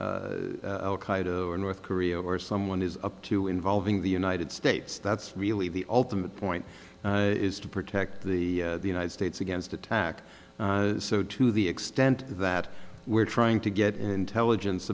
north korea or someone is up to involving the united states that's really the ultimate point is to protect the united states against attack so to the extent that we're trying to get intelligence